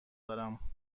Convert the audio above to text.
دارم